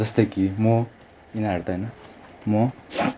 जस्तै कि म यिनीहरू त होइन म